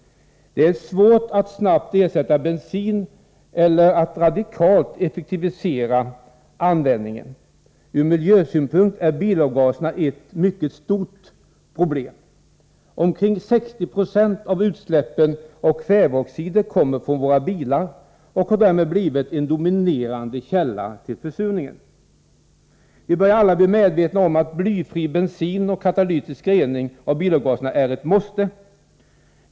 Det är svårt att snabbt ersätta bensin eller att radikalt effektivisera användningen. Ur miljösynpunkt är bilavgaserna ett mycket stort problem. Omkring 60 96 av utsläppen av kväveoxider kommer från våra bilar och har därmed blivit en dominerande källa till försurningen. Vi börjar alla bli medvetna om att blyfri bensin och katalytisk rening av bilavgaserna är ”ett måste”.